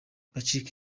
bacika